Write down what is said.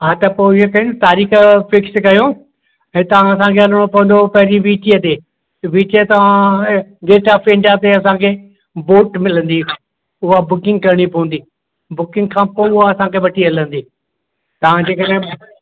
हा त पोइ ईअं कयूं तारीख़ फिक्स कयूं हितां खां असांखे हलिणो पवंदो पहिरीं वीटीअ ते वीटीअ तां गेट ऑफ इंडिया ते असांखे बोट मिलंदी उहा बुकिंग करिणी पवंदी बुकिंग खां पोइ ही उहा असांखे वठी हलंदी तव्हां जेकॾहिं